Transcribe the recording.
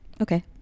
okay